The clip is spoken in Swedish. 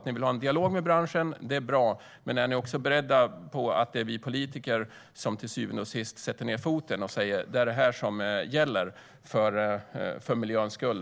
Ni vill ha en dialog med branschen, och det är bra. Men är ni också beredda på att det är vi politiker som till syvende och sist sätter ned foten och säger vad det är som gäller, för miljöns skull?